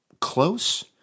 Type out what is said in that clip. close